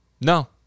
No